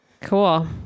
Cool